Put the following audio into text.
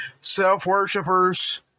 self-worshippers